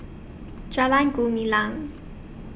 Jalan Gumilang